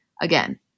again